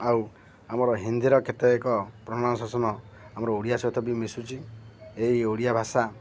ଆଉ ଆମର ହିନ୍ଦୀର କେତେକ ପ୍ରନାଉନ୍ସେସନ୍ ଆମର ଓଡ଼ିଆ ସହିତ ବି ମିଶୁଛି ଏଇ ଓଡ଼ିଆ ଭାଷା